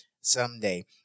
someday